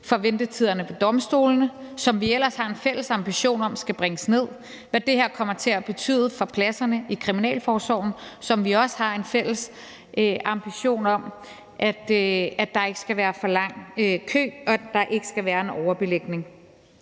for ventetiderne hos domstolene, som vi ellers har en fælles ambition om skal bringes ned; hvad det her kommer til at betyde for pladserne i kriminalforsorgen, som vi også har en fælles ambition om at der ikke skal være for lang kø til, ligesom der ikke skal være overbelægning.